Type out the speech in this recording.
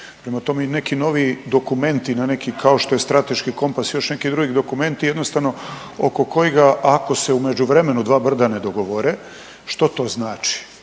prema tome i neki novi dokumenti na neki kao što je Strateški kompas i još neki drugi dokumenti jednostavno oko kojega ako se u međuvremenu dva brda ne dogovore što to znači?